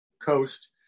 coast